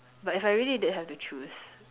but if I really did have to choose